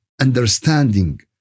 understanding